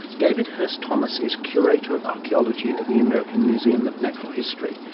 david hurst thomas is curator of archaeology at the american museum of natural history,